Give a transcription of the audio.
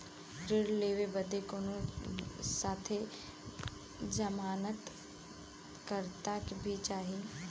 ऋण लेवे बदे कउनो साथे जमानत करता भी चहिए?